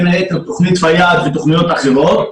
בין היתר תוכנית פיאד ותוכניות אחרות.